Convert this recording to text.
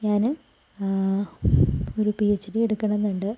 ഞാൻ ഒരു P H D എടുക്കണം എന്നുണ്ട്